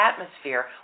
atmosphere